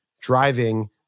driving